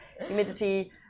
Humidity